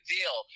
Deal